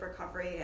recovery